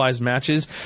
matches